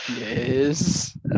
yes